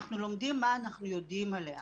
אנחנו לומדים מה אנחנו יודעים עליה.